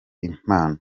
impano